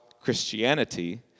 Christianity